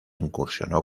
incursionó